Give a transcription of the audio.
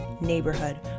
neighborhood